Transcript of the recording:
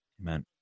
Amen